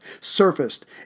surfaced